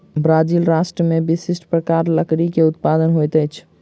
Brazil राष्ट्र में विशिष्ठ प्रकारक लकड़ी के उत्पादन होइत अछि